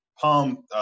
palm